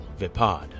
Vipad